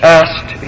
asked